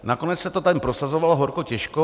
Nakonec se to tady prosazovalo horko těžko.